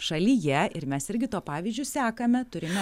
šalyje ir mes irgi to pavyzdžiu sekame turime